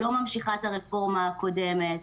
לא ממשיכה את הרפורמה הקודמת,